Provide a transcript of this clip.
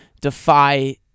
defy